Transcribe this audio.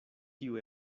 kiu